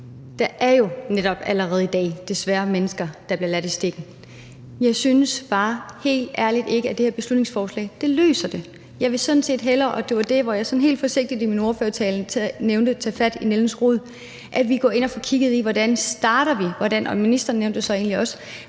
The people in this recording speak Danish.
Der er jo netop allerede i dag desværre mennesker, der bliver ladt i stikken. Jeg synes bare helt ærligt ikke, at det her beslutningsforslag løser det. Jeg vil sådan set hellere, og det var der, hvor jeg sådan helt forsigtigt i min ordførertale nævnte det med at tage fat om nældens rod, at vi går ind og får kigget på, hvordan vi starter det, og hvordan – og ministeren nævnte det så egentlig også